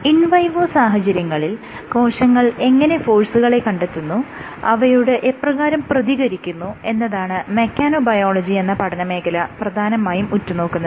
in vivo സാഹചര്യങ്ങളിൽ കോശങ്ങൾ എങ്ങനെ ഫോഴ്സുകളെ കണ്ടെത്തുന്നു അവയോട് എപ്രകാരം പ്രതികരിക്കുന്നു എന്നതാണ് മെക്കാനോബയോളജി എന്ന പഠന മേഖല പ്രധാനമായും ഉറ്റുനോക്കുന്നത്